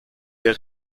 der